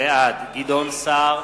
בעד גדעון סער,